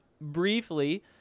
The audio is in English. briefly